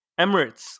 Emirates